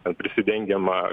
ten prisidengiama